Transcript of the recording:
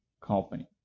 company